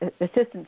assistance